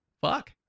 Fuck